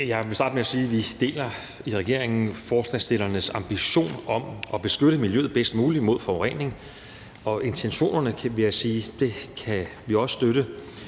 Jeg vil starte med at sige, at vi i regeringen deler forslagsstillernes ambition om at beskytte miljøet bedst muligt mod forurening, og intentionerne bag det